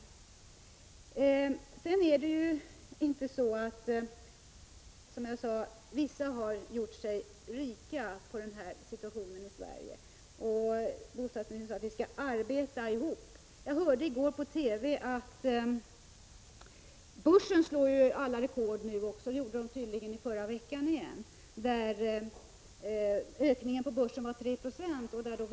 Vissa har alltså gjort sig rika på den situation som råder i Sverige. Bostadsministern sade att vi skall arbeta tillsammans. Jag hörde i går på TV att börsen i förra veckan återigen slagit alla rekord. Ökningen av börskurserna uppgick till 3 26.